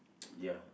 ya